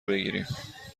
بگیریم